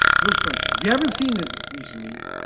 phil spencer if you haven't seen it recently